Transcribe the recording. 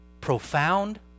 profound